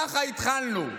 ככה התחלנו.